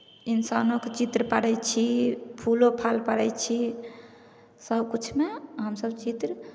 इन्सानोके चित्र पारै छी फूलो फाल पारै छी सभकिछुमे हमसभ चित्र